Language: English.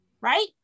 right